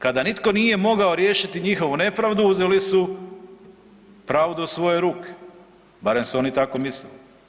Kada nitko nije mogao riješiti njihovu nepravdu uzeli su pravdu u svoje ruke, barem su oni tako mislili.